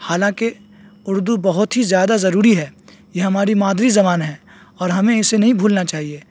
حالانکہ اردو بہت ہی زیادہ ضروری ہے یہ ہماری مادری زبان ہے اور ہمیں اسے نہیں بھولنا چاہیے